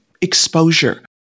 exposure